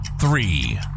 three